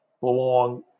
belong